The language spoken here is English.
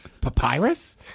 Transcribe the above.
Papyrus